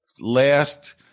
last